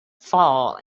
fall